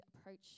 approach